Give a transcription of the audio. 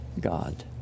God